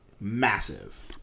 massive